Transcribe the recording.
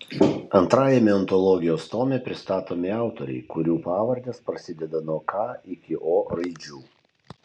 antrajame antologijos tome pristatomi autoriai kurių pavardės prasideda nuo k iki o raidžių